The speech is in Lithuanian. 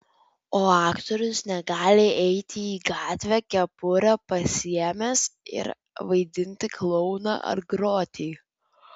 o aktorius negali eiti į gatvę kepurę pasiėmęs ir vaidinti klouną ar groti